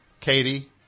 Katie